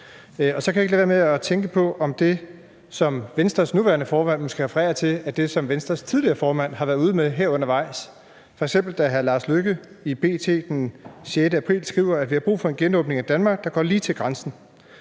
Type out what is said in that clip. Så kan jeg ikke lade være med at tænke på, om det, som Venstres nuværende formand måske refererer til, er det, som Venstres tidligere formand har været ude med her undervejs; f.eks. da hr. Lars Løkke Rasmussen i B.T. den 6. april skrev: »Vi har brug for en genåbning af Danmark, der går lige til